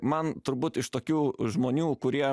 man turbūt iš tokių žmonių kurie